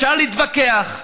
אפשר להתווכח,